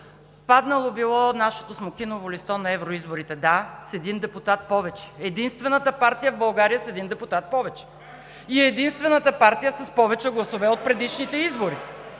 паднало било нашето смокиново листо на евроизборите. Да, с един депутат повече. Единствената партия в България с един депутат в повече. И единствената партия с повече гласове от предишните избори.